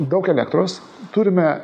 daug elektros turime